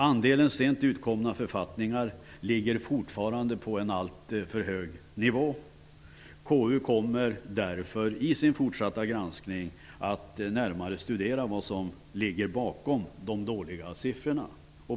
Andelen sent utkomna författningar ligger fortfarande på en alltför hög nivå. KU kommer därför i sin fortsatta granskning att närmare studera vad som ligger bakom de dåliga siffrorna.